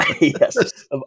Yes